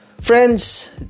Friends